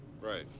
Right